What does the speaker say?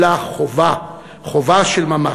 אלא חובה, חובה של ממש.